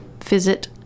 visit